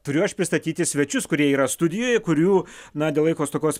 turiu aš pristatyti svečius kurie yra studijoje kurių na dėl laiko stokos